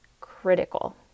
critical